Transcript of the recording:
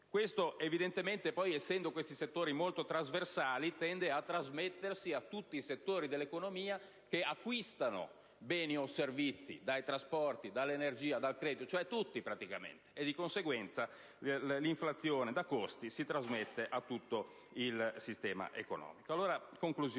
È evidente che, essendo questi settori molto trasversali, ciò tende a trasmettersi a tutti i settori dell'economia che acquistano beni o servizi dai trasporti, dall'energia e dal credito. Di conseguenza, l'inflazione da costi si trasmette all'intero sistema economico.